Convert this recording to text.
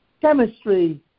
chemistry